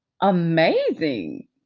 amazing